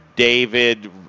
David